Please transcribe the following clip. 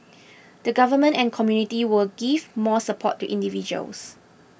the Government and community will give more support to individuals